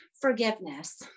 forgiveness